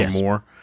more